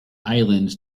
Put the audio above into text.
islands